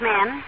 Men